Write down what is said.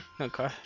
Okay